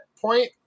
point